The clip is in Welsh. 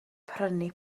prynu